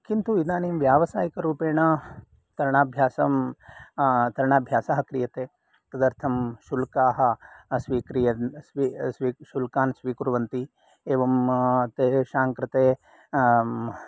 किन्तु इदानीं व्यावसायिकरूपेण तरणाभ्यासं तरणाभ्यासः क्रियते तदर्थं शुल्काः शुल्कान् स्वीकुर्वन्ति एवं तेषाङ्कृते